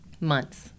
months